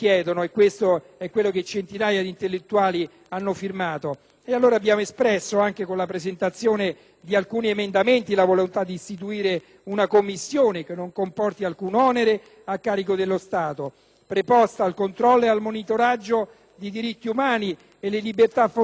di alcuni emendamenti, la volontà di istituire una commissione, che non comporti alcun onere a carico dello Stato, preposta al controllo e al monitoraggio dei diritti umani e delle libertà fondamentali, che non dovrebbero mai essere compromessi per motivi di opportunità politica o interessi economici.